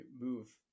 move